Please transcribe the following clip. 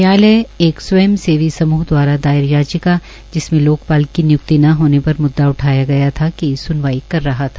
न्यायालय एक स्वयं सेवी समूह दवारा दायर याचिका जिसमें लोकपाल की नियुक्ति न होने पर म्द्दा उठाया गया था सुनवाई कर रहा था